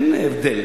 אין הבדל.